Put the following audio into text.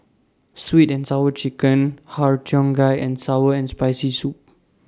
Sweet and Sour Chicken Har Cheong Gai and Sour and Spicy Soup